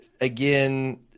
again